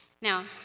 Now